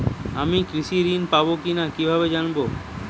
আমি কৃষি ঋণ পাবো কি না কিভাবে জানবো?